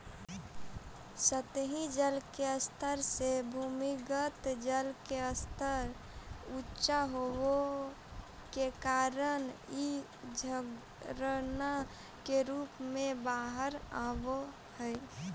सतही जल के स्तर से भूमिगत जल के स्तर ऊँचा होवे के कारण इ झरना के रूप में बाहर आवऽ हई